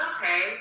Okay